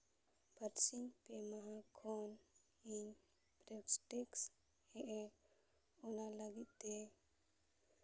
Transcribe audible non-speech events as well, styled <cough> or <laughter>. ᱵᱟᱨᱥᱤᱧ ᱯᱮ ᱢᱟᱦᱟ ᱠᱷᱚᱱ ᱤᱧ <unintelligible> ᱚᱱᱟ ᱞᱟᱹᱜᱤᱫ ᱛᱮ